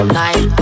night